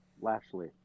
Lashley